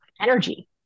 energy